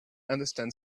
understand